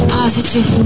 positive